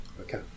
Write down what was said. Okay